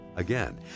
Again